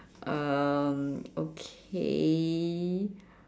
um okay